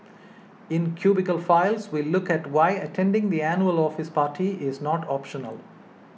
in Cubicle Files we look at why attending the annual office party is not optional